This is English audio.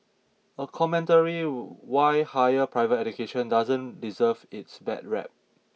a commentary why higher private education doesn't deserve its bad rep